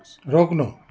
रोक्नु